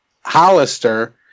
Hollister